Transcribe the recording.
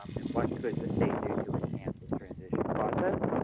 and what could the state do to enhance this transition process?